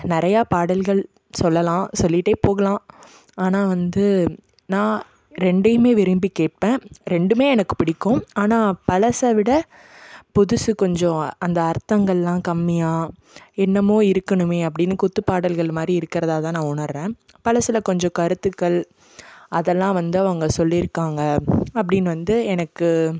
நிறையா பாடல்கள் சொல்லலாம் சொல்லிகிட்டே போகலாம் ஆனால் வந்து நான் ரெண்டையுமே விரும்பி கேட்பேன் ரெண்டுமே எனக்கு பிடிக்கும் ஆனால் பழசை விட புதுசு கொஞ்சம் அந்த அர்த்தங்கள்லாம் கம்மியாக என்னமோ இருக்கணுமே அப்படின் குத்துப்பாடல்கள் மாதிரி இருக்கிறதா தான் நான் உணர்கிறேன் பழசில் கொஞ்சம் கருத்துக்கள் அதெல்லாம் வந்து அவங்க சொல்லியிருக்காங்க அப்படின் வந்து எனக்கு